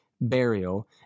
burial